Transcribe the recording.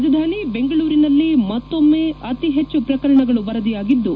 ರಾಜಧಾನಿ ಬೆಂಗಳೂರಿನಲ್ಲೇ ಮತ್ತೊಮ್ಮ ಅತಿ ಹೆಚ್ಚು ಪ್ರಕರಣಗಳು ವರದಿಯಾಗಿದ್ದು